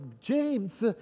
James